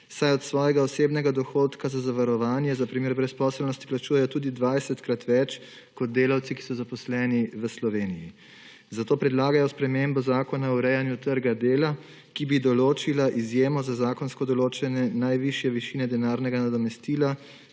saj od svojega osebnega dohodka za zavarovanje za primer brezposelnosti plačujejo tudi dvajsetkrat več kot delavci, ki so zaposleni v Sloveniji. Zato predlagajo spremembo Zakona o urejanju trga dela, ki bi določila izjemo za zakonsko določene najvišje višine denarnega nadomestila